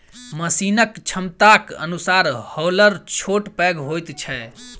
मशीनक क्षमताक अनुसार हौलर छोट पैघ होइत छै